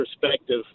perspective